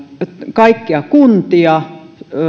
kaikkia kuntia